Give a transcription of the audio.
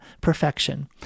Perfection